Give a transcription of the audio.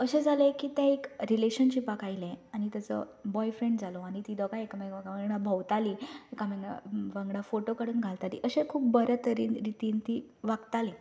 अशें जालें की तें एक रिलेशनशिपाक आयलें आनी तेचो बॉयफ्रेंड जालो आनी तीं दोगांय एकामेका वांगडा भोंवतालीं एकामेका वांगडा फोटो काडून घालतालीं तशें खूब बरें तरेन रितीन तीं वागतालीं